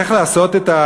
איך לעשות את,